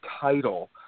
title